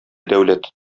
дәүләт